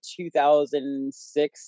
2006